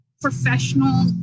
professional